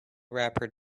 wrapper